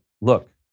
look